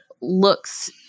looks